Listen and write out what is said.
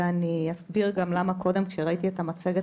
ואני אסביר גם למה קודם כשראיתי את המצגת